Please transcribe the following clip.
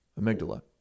Amygdala